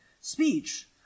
speech